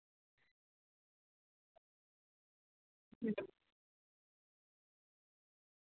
ᱦᱩᱸ